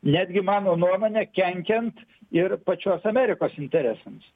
netgi mano nuomone kenkiant ir pačios amerikos interesams